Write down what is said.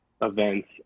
events